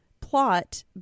plot